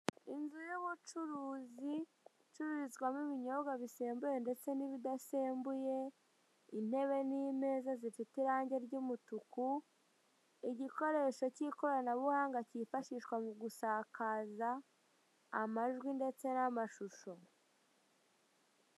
Inzu y'ubucuruzi icururizwamo ibinyobwa bisembuye ndetse n'ibidasembuye, intebe n'imeza zifite irange ry'umutuku, igikoresho k'ikoranabuhanga kifashishwa mu gusakaza amajwi ndetse n'amashusho.